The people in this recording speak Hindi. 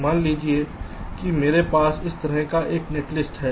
मान लीजिए कि मेरे पास इस तरह का एक नेटलिस्ट है